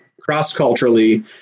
cross-culturally